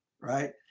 right